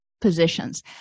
positions